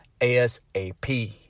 ASAP